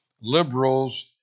liberals